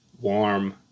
warm